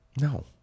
No